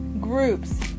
groups